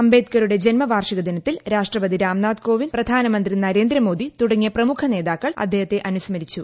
അംബേദ്കറുടെ ജന്മവാർഷികദിനത്തിൽ രാഷ്ട്രപതി രാംനാഥ് കോവിന്ദ് പ്രധാനമന്ത്രി നരേന്ദ്രമോദി തുടങ്ങിയ പ്രമുഖ നേതാക്കൾ അദ്ദേഹത്തെ അനുസ്മരിച്ചു